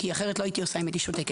כי אחרת לא הייתי עושה אם הייתי שותקת.